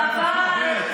חבר הכנסת ארבל.